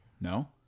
No